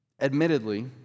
admittedly